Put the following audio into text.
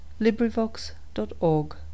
LibriVox.org